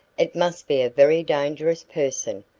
it must be a very dangerous person,